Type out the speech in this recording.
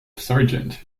sergeant